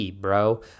bro